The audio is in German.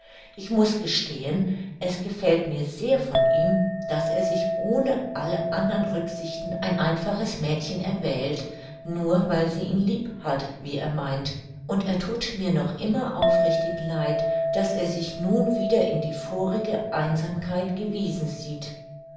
ich muß gestehen es gefällt mir sehr von ihm daß er sich ohne alle andern rücksichten ein einfaches mädchen erwählt nur weil sie ihn lieb hat wie er meint und er thut mir noch immer aufrichtig leid daß er sich nun wieder in die vorige einsamkeit gewiesen sieht